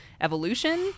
evolution